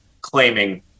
claiming